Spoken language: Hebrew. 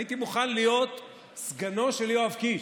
הייתי מוכן להיות סגנו של יואב קיש,